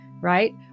right